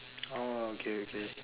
oh okay okay